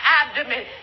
abdomen